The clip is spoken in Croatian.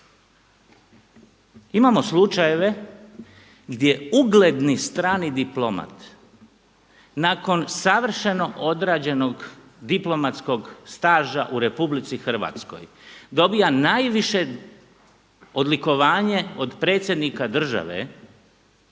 Imamo slučajeve gdje ugledni strani diplomat nakon savršeno određenog diplomatskog staža u RH dobija najviše odlikovanje od predsjednika države